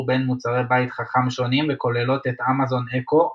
בין מוצרי בית חכם שונים וכוללות את אמזון אקו,